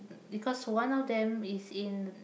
because one of them is in the